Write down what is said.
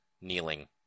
kneeling